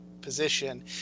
position